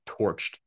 torched